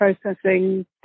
processing